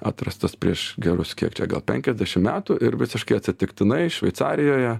atrastas prieš gerus kiek čia gal penkiasdešim metų ir visiškai atsitiktinai šveicarijoje